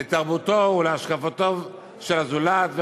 לתרבותו ולהשקפותיו של הזולת,